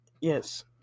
Yes